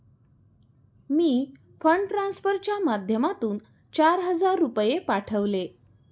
मी fund ट्रान्सफरच्या माध्यमातून चार हजार रुपये पाठवले